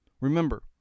Remember